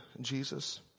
Jesus